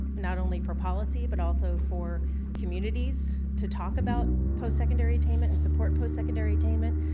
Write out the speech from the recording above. not only for policy but also for communities to talk about post-secondary attainment and support post-secondary attainment,